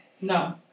No